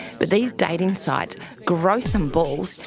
but these dating sites grow some balls.